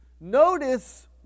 Notice